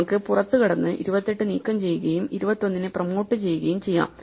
നമുക്ക് പുറത്തുകടന്ന് 28 നീക്കംചെയ്യുകയും 21 നെ പ്രൊമോട്ട് ചെയ്യുകയും ചെയ്യാം